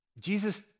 Jesus